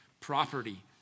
property